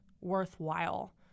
worthwhile